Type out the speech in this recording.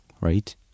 right